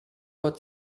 pat